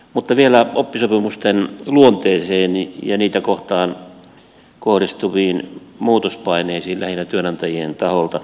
mutta vielä oppisopimusten luonteeseen ja niitä kohtaan kohdistuviin muutospaineisiin lähinnä työnantajien taholta